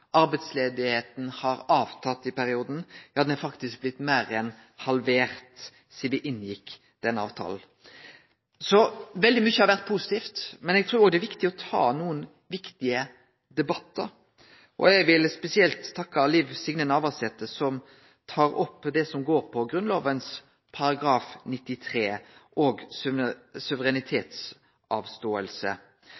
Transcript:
har minka i perioden – ja, den har faktisk blitt meir enn halvert sidan me inngikk denne avtalen. Så veldig mykje har vore positivt. Men eg trur òg det er viktig å ta nokre viktige debattar. Eg vil spesielt takke Liv Signe Navarsete, som tar opp det som går på Grunnlova § 93 og